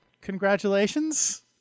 Congratulations